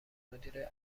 مدیره